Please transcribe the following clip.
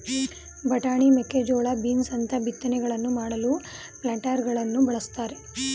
ಬಟಾಣಿ, ಮೇಕೆಜೋಳ, ಬೀನ್ಸ್ ಅಂತ ಬಿತ್ತನೆಗಳನ್ನು ಮಾಡಲು ಪ್ಲಾಂಟರಗಳನ್ನು ಬಳ್ಸತ್ತರೆ